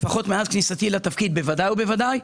לפחות מאז כניסתי לתפקיד בוודאי ובוודאי.